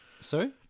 Sorry